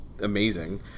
amazing